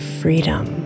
freedom